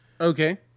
Okay